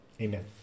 amen